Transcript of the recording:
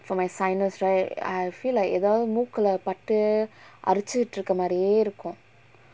for my sinus right I feel like you know எதாவுது மூக்குல பட்டு அருச்சு விட்டுருக்க மாறியே இருக்கும்:ethavuthu mookula pattu aruchu vitturukka maariyae irukkum